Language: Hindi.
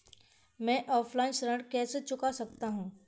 मैं ऑफलाइन ऋण कैसे चुका सकता हूँ?